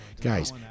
guys